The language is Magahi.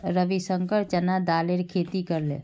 रविशंकर चना दालेर खेती करले